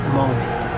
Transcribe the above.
moment